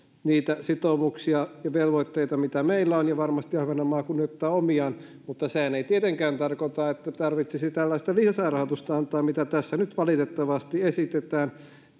niitä sitoumuksia ja velvoitteita mitä meillä on ja varmasti ahvenanmaa kunnioittaa omiaan mutta sehän ei tietenkään tarkoita että tarvitsisi tällaista lisärahoitusta antaa mitä tässä nyt valitettavasti esitetään